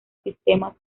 sistemas